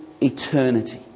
eternity